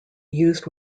used